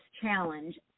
Challenge